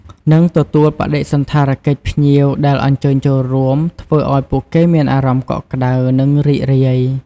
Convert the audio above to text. និងទទួលបដិសណ្ឋារកិច្ចភ្ញៀវដែលអញ្ជើញចូលរួម ធ្វើឲ្យពួកគេមានអារម្មណ៍កក់ក្តៅ និងរីករាយ។